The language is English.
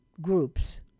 groups